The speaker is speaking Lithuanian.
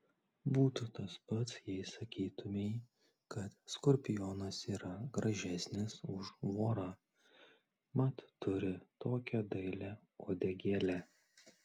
būtų tas pat jei sakytumei kad skorpionas yra gražesnis už vorą mat turi tokią dailią uodegėlę